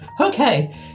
Okay